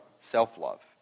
self-love